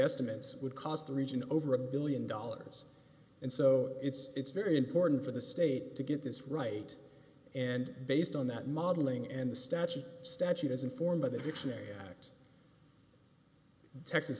estimates would cost the region over a one billion dollars and so it's very important for the state to get this right and based on that modeling and the statute statute as informed by the dictionary act texas